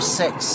six